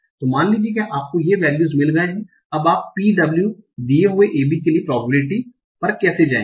तो मान लीजिए कि आपको ये वैल्यूस मिल गए हैं अब आप P w दिये हुए a b के लिए प्रॉबबिलिटि पर कैसे जाएंगे